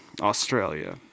Australia